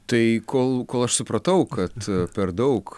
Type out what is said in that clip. tai kol kol aš supratau kad per daug